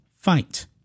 Fight